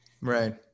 Right